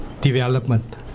development